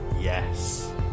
Yes